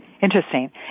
Interesting